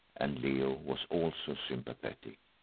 and leo was also sympathetic.